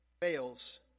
fails